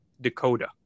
Dakota